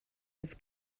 his